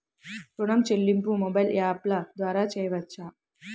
ఋణం చెల్లింపు మొబైల్ యాప్ల ద్వార చేయవచ్చా?